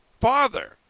father